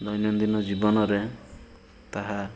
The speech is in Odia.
ଦୈନଦିନ ଜୀବନରେ ତାହା